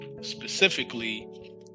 Specifically